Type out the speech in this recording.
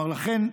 לכן,